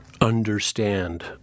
understand